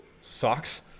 Socks